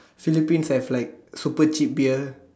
Philippines have like super cheap beer